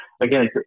again